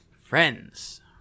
Friends